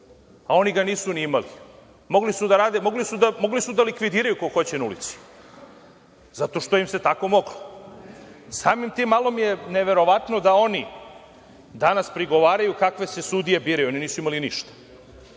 a oni ga nisu ni imali. Mogli su da likvidiraju ako hoće na ulici, zato što im se tako moglo. Samim tim, malo mi je neverovatno da oni danas prigovaraju kakve se sudije biraju. Oni nisu imali ništa.